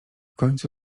końcu